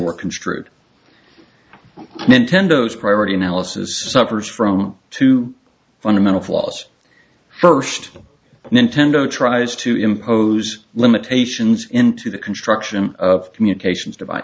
were construed nintendo's priority analysis suffers from two fundamental flaws first nintendo tries to impose limitations into the construction of communications devi